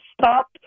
stop